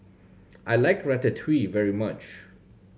I like Ratatouille very much